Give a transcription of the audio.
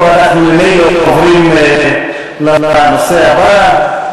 אנחנו ממילא עוברים לנושא הבא.